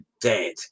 dead